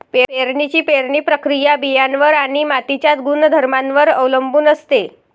पेरणीची पेरणी प्रक्रिया बियाणांवर आणि मातीच्या गुणधर्मांवर अवलंबून असते